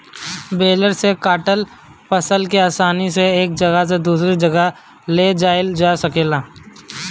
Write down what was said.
baler से काटल फसल के आसानी से एक जगह से दूसरे जगह ले जाइल जा सकेला